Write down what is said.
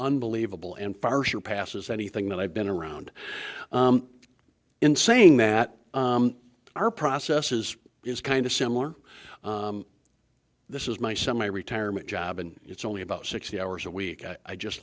unbelievable and far surpasses anything that i've been around in saying that our process is is kind of similar this is my son my retirement job and it's only about sixty hours a week i just